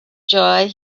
joy